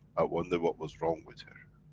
i wonder what was wrong with her?